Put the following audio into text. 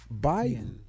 Biden